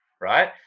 right